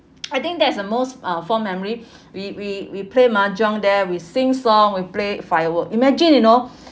I think that's the most uh fond memory we we we play mahjong there we sing song we play firework imagine you know